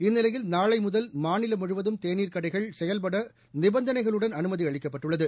இந்நிலையில் நாளை முதல் மாநிலம் முழுவதும் தேநீர் கடைகள் செயல்பட நிபந்தனைகளுடன் அனுமதி அளிக்கப்பட்டுள்ளது